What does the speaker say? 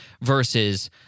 versus